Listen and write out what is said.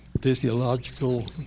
physiological